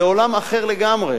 זה עולם אחר לגמרי.